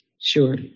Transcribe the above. Sure